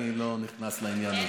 אני לא נכנס לעניין הזה.